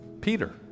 Peter